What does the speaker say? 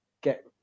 get